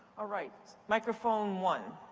ah right. microphone one.